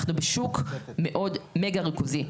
אנחנו בשוק מאוד מגה ריכוזי,